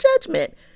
judgment